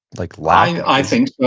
like lack? i think